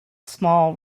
small